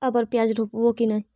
अबर प्याज रोप्बो की नय?